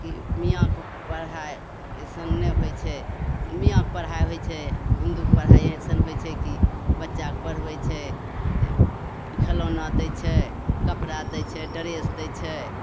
कि मिआँके पढ़ाइ अइसन नहि होइ छै मिआँके पढ़ाइ होइ छै हिन्दूके पढ़ाइ अइसन होइ छै कि बच्चाके पढ़बै छै खेलौना दै छै कपड़ा दै छै ड्रेस दै छै